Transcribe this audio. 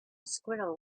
squirrel